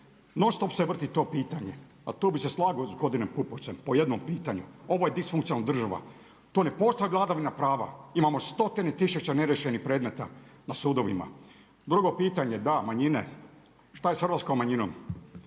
Non stop se vrti to pitanje, a to bi se slagao s gospodinom Pupovcem po jednom pitanju, ovo je disfunkcionalna država, tu ne postoji vladavina prava. Imamo stotine tisuća neriješenih predmeta na sudovima. Drugo pitanje, da, manjine. Šta je s hrvatskom manjinom?